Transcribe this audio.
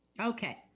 Okay